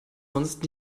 sonst